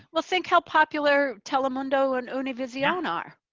well think how popular telemundo and univision are.